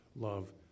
love